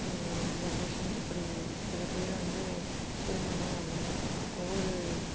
generation இப்படி சில பேரை வந்து திருமணம் அப்படின்னா ஒவ்வொரு